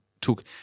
took